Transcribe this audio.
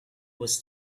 was